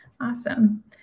Awesome